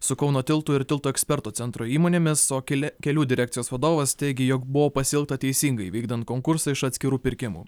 su kauno tiltų ir tiltų ekspertų centro įmonėmis o keli kelių direkcijos vadovas teigė jog buvo pasielgta teisingai vykdant konkursą iš atskirų pirkimų